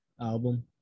album